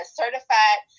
certified